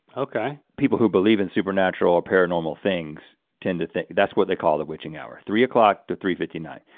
okay. people who believe in supernatural ah paranormal things tend to think, that's what they call the witching hour. three o'clock to three fifty nine.